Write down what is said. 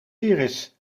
iris